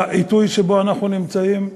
בעיתוי שבו אנו נמצאים,